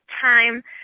time